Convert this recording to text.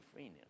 schizophrenia